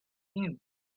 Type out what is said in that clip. him